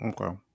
Okay